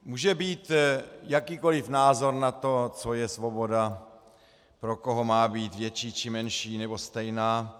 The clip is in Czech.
Může být jakýkoli názor na to, co je svoboda, pro koho má být větší, či menší, či stejná.